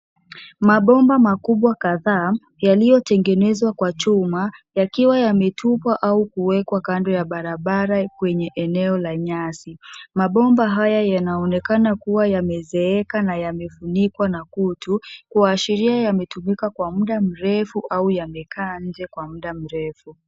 Mabomba makubwa kadhaa yaliyotengenezwa kwa chuma, yakiwa yametupwa au kuwekwa kando ya barabara kwenye eneo la nyasi. Mabomba haya yanaonekana kuwa yamezeeka na yamefunikwa na kutu, kuashiria yametumika kwa muda mrefu au yamekaa nje kwa muda mrefu.